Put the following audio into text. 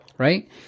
Right